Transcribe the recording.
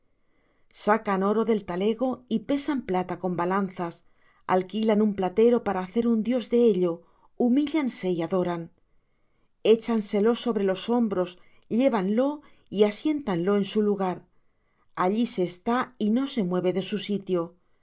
sacan oro del talego y pesan plata con balanzas alquilan un platero para hacer un dios de ello humíllanse y adoran echanselo sobre los hombros llévanlo y asiéntanlo en su lugar allí se está y no se mueve de su sitio